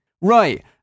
Right